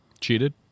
Cheated